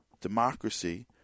Democracy